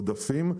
עודפים,